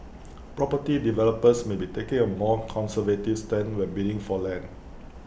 property developers may be taking A more conservative stance when bidding for land